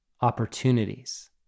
opportunities